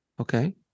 Okay